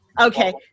Okay